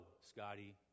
Scotty